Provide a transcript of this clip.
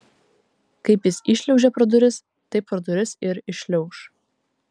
kaip jis įšliaužė pro duris taip pro duris ir iššliauš